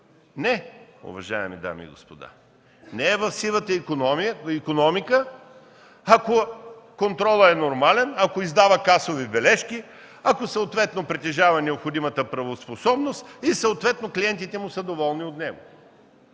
Не, уважаеми дами и господа, не е в сивата икономика, ако контролът е нормален, ако издава касови бележки, ако съответно притежава необходимата правоспособност и съответно клиентите му са доволни от него.